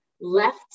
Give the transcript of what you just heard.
left